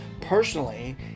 personally